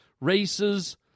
races